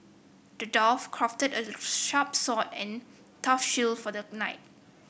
the dwarf crafted a sharp sword and a tough shield for the knight